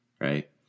Right